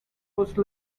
whose